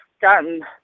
gotten